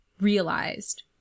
realized